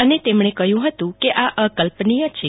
અને કહ્યુ હતુ કે આ અકલ્પનીય છે